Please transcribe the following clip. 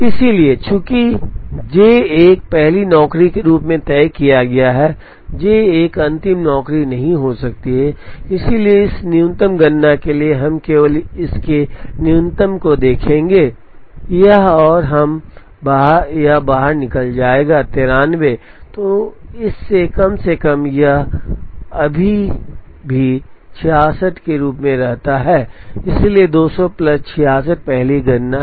इसलिए चूंकि J 1 पहली नौकरी के रूप में तय किया गया है J 1 अंतिम नौकरी नहीं हो सकती है इसलिए इस न्यूनतम गणना के लिए हम केवल इस के न्यूनतम को देखेंगे संदर्भ स्लाइड समय 2359 यह और हम यह बाहर निकल जाएगा 93 तो इस से कम से कम यह यह अभी भी 66 के रूप में रहता है इसलिए 200 प्लस 66 पहली गणना है